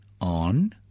on